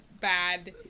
bad